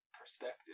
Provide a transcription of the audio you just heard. perspective